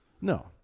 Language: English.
No